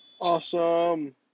Awesome